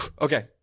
Okay